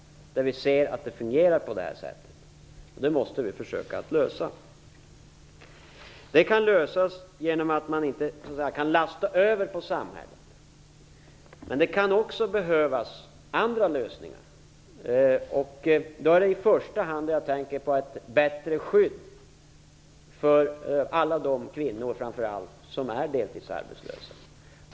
Vi ser att det fungerar på det här sättet. Detta problem måste vi försöka lösa. Arbetsgivarna skall inte bara kunna lasta över problemet på samhället. Det är en lösning. Det kan också behövas andra lösningar. Jag tänker i första hand på att det skall finnas ett bättre skydd för alla de, framför allt kvinnor, som är deltidsarbetslösa.